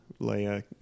Leia